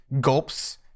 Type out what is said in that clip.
gulps